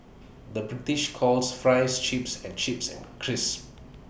the British calls Fries Chips and chips and crisps